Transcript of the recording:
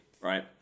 Right